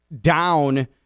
down